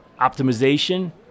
optimization